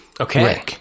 Okay